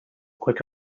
quick